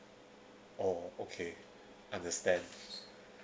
oh okay understand